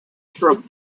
stroke